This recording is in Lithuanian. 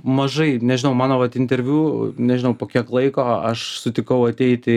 mažai nežinau mano vat interviu nežinau po kiek laiko a aš sutikau ateiti